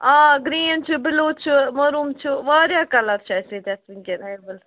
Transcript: آ گرٛیٖن چھُ بِلوٗ چھُ مروٗم چھُ واریاہ کَلَر چھُ اَسہِ ییٚتٮ۪تھ وُنکٮ۪ن ایبُل